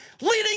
leading